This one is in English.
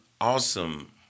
awesome